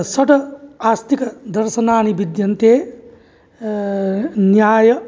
षड् आस्तिकदर्शनानि विद्यन्ते न्यायः